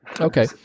okay